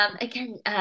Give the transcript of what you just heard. again